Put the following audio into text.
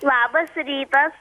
labas rytas